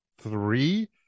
three